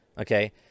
okay